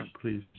please